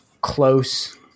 close